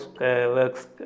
works